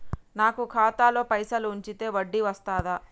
నాకు ఖాతాలో పైసలు ఉంచితే వడ్డీ వస్తదా?